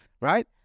right